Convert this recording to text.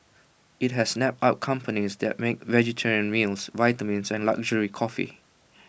IT has snapped up companies that make vegetarian meals vitamins and luxury coffee